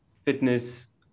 fitness